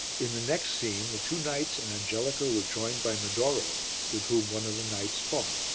in the next scene the two knights and angelica were joined by medoro with whom one of the knights fought.